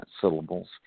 syllables